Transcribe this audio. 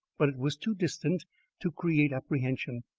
but it was too distant to create apprehension,